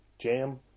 jam